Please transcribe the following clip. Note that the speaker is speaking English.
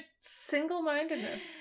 single-mindedness